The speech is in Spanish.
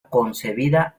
concebida